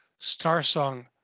Starsong